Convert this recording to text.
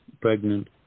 pregnant